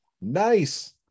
nice